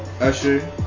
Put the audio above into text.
Usher